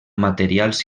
materials